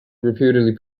reputedly